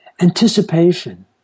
anticipation